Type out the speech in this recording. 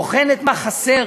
בוחנת מה חסר,